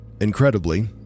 Incredibly